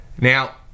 Now